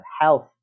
health